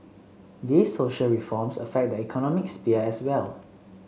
these social reforms affect the economic sphere as well